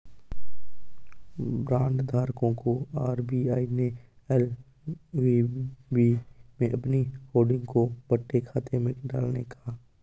bond धारकों को RBI ने एल.वी.बी में अपनी होल्डिंग को बट्टे खाते में डालने कहा